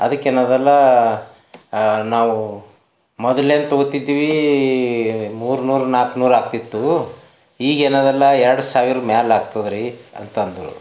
ಅದಕ್ಕೆ ನಾವೆಲ್ಲ ನಾವು ಮೊದ್ಲೇನು ತೊಗೊಳ್ತಿದ್ದೀವಿ ಮೂರು ನೂರು ನಾಲ್ಕ್ನೂರು ಆಗ್ತಿತ್ತು ಈಗೇನದೆಲ್ಲ ಎರಡು ಸಾವಿರದ ಮೇಲೆ ಆಗ್ತದ್ರಿ ಅಂತಂದ್ರು